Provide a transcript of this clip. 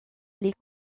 les